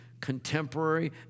Contemporary